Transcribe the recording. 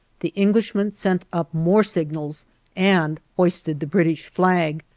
the englishman sent up more signals and hoisted the british flag.